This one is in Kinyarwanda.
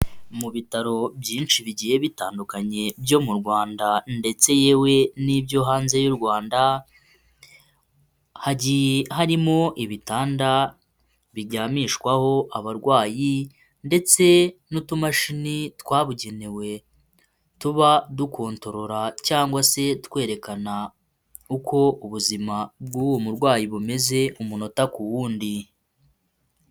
Mu bitaro byinshi bigiye bitandukanye byo mu Rwanda ndetse yewe n'ibyo hanze y'u Rwanda, hagiye harimo ibitanda biryamishwaho abarwayi ndetse n'utumashini twabugenewe tuba dukontorora cyangwa se twerekana uko ubuzima bw'uwo murwayi bumeze umunota ku wundi.